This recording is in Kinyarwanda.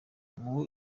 ubu